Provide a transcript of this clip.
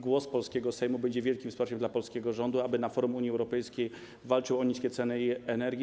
Głos polskiego Sejmu będzie wielkim wsparciem dla polskiego rządu, aby na forum Unii Europejskiej walczył o niskie ceny energii.